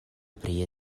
pri